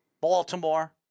Baltimore